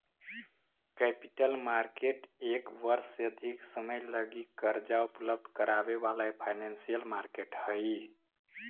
capital market एक वर्ष से अधिक समय लगी कर्जा उपलब्ध करावे वाला फाइनेंशियल मार्केट हई